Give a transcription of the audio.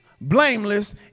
blameless